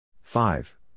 Five